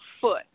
foot